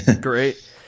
Great